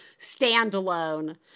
standalone